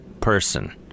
person